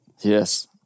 Yes